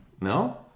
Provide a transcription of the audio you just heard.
No